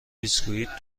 بیسکوییت